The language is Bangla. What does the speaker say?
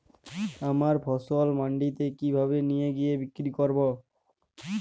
আমার ফসল মান্ডিতে কিভাবে নিয়ে গিয়ে বিক্রি করব?